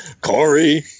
Corey